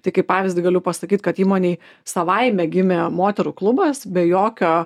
tai kaip pavyzdį galiu pasakyt kad įmonėj savaime gimė moterų klubas be jokio